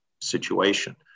situation